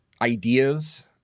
ideas